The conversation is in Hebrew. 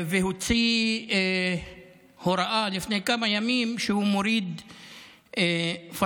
הוציא הוראה לפני כמה ימים: הוא מוריד פלסטינים